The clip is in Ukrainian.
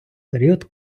період